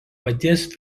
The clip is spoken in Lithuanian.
paties